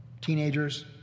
teenagers